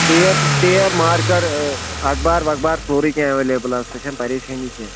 tap tape marker اخبار وکبار سورٕے کیٚنٛہہ ایٚوَلیبٕل حظ سُہ چھَنہٕ پریشٲنی کیٚنٛہہ